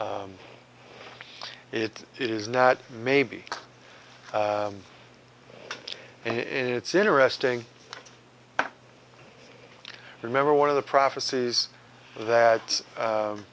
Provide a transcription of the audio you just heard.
it is not maybe in it's interesting remember one of the prophecies that